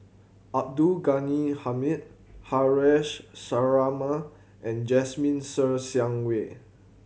Abdul Ghani Hamid Haresh Sharma and Jasmine Ser Xiang Wei